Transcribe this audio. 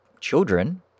children